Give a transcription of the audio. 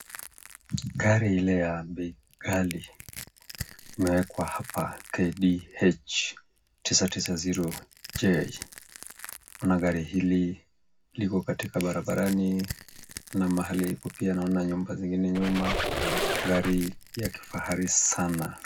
Gari ile ya bei ghali imewekwa hapa, KDH 990J. Naona gari hili liko katika barabarani na mahali liko pia naona nyumba zingine nyum, gari ya kifahari sana.